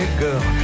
girl